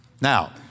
Now